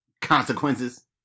consequences